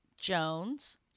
Jones